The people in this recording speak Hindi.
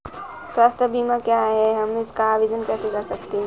स्वास्थ्य बीमा क्या है हम इसका आवेदन कैसे कर सकते हैं?